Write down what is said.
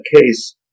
case